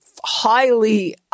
highly